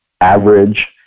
average